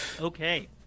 Okay